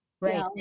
Right